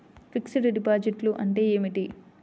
Fixed డిపాజిట్లు అంటే ఏమిటి?